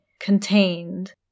contained